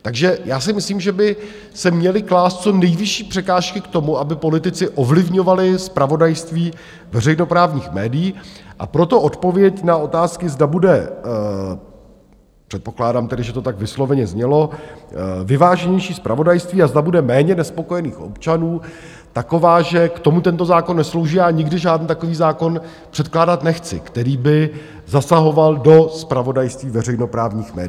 Takže já si myslím, že by se měly klást co nejvyšší překážky tomu, aby politici ovlivňovali zpravodajství veřejnoprávních médií, a proto odpověď na otázky, zda bude předpokládám, že to tak vysloveně znělo vyváženější zpravodajství a zda bude méně nespokojených občanů, taková, že k tomu tento zákon neslouží a nikdy žádný takový zákon předkládat nechci, který by zasahoval do zpravodajství veřejnoprávních médií.